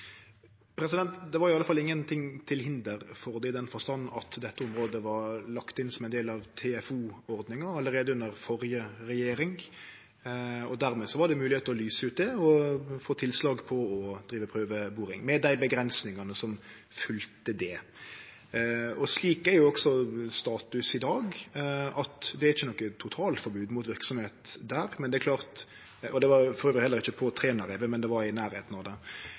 Det var iallfall ingenting til hinder for det, i den forstand at dette området var lagt inn som ein del av TFO-ordninga allereie under førre regjering, og dermed var det mogleg å lyse det ut og få tilslag på å drive prøveboring, med dei avgrensingane som følgde det. Slik er jo også status i dag, at det er ikkje noko totalforbod mot verksemd der. Det var dessutan ikkje på Trænarevet, men det var i nærleiken av det. Men det vil følgje avgrensingar dersom slike løyve vert gjevne, og eg siterte i stad litt av